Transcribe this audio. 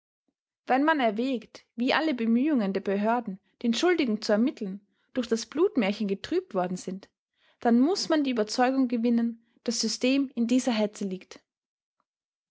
wenn man erwägt wie alle bemühungen der behörden den schuldigen zu ermitteln durch das blutmärchen getrübt worden sind dann muß man die überzeugung gewinnen daß system in dieser hetze liegt